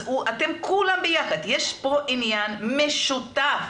אז אתם כולכם ביחד, יש פה עניין משותף.